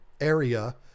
area